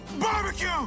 barbecue